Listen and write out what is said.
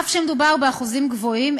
אף שמדובר באחוזים גבוהים,